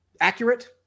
accurate